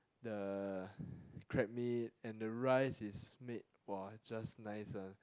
the crab meat and the rice is made !wow! just nice one